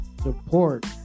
support